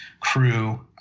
crew